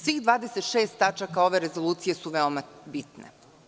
Svih 26 tačaka ove rezolucije su veoma bitne.